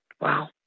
Wow